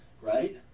Right